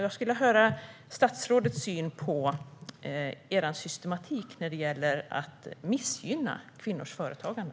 Jag skulle vilja höra vad statsrådet har för syn på regeringens systematik när det gäller att missgynna kvinnors företagande.